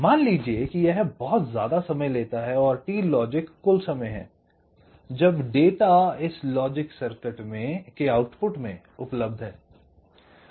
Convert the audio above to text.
मान लीजिए कि यह बहुत समय लेता है और t लॉजिक कुल समय है जब डेटा इस लॉजिक सर्किट के आउटपुट में उपलब्ध है